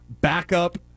Backup